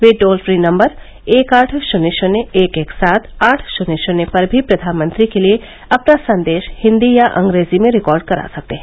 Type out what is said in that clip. वे toll free number एक आठ शून्य शून्य एक एक सात आठ शून्य शून्य पर भी प्रधानमंत्री के लिए अपना संदेश हिंदी या अंग्रेजी में रिकॉर्ड करा सकते हैं